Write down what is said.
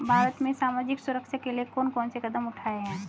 भारत में सामाजिक सुरक्षा के लिए कौन कौन से कदम उठाये हैं?